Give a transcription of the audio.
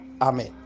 Amen